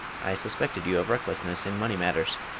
i suspected you of recklessness in money matters.